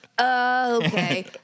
okay